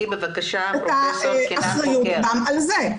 מישהו צריך לקחת את האחריות גם על זה.